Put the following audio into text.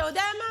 אתה יודע של מה,